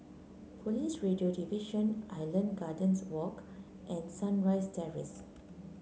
Police Radio Division Island Gardens Walk and Sunrise Terrace